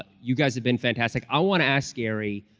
you guys have been fantastic. i want to ask gary,